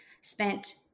Spent